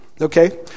Okay